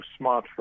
smartphone